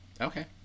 Okay